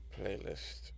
playlist